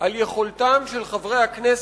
על יכולתם של חברי הכנסת